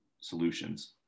solutions